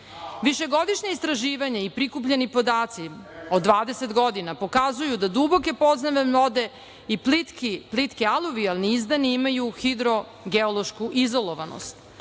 Višegodišnje istraživanje i prikupljeni podaci od 20 godina pokazuju da duboke podzemne vode i plitki aluvijalni izdani imaju hidrogeološku izolovanost.